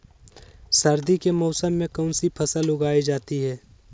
सर्दी के मौसम में कौन सी फसल उगाई जाती है?